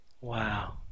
wow